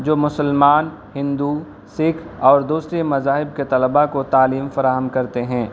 جو مسلمان ہندو سکھ اور دوسرے مذاہب کے طلبا کو تعلیم فراہم کرتے ہیں